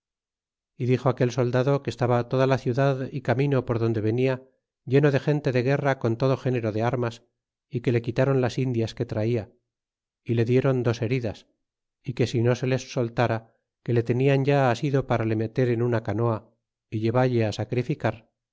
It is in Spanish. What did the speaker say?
y dixo aquel soldado que estaba toda la ciudad y camino por donde venia lleno de gente de guerra con todo género de armas y que le quitaron las indias que traia y le diéron dos heridas é que si no se les soltara que le tenian ya asido para le meter en una canoa y llevalle a sacrificar